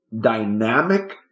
dynamic